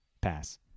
pass